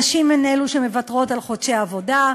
נשים הן אלו שמוותרות על חודשי עבודה,